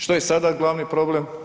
Što je sada glavni problem?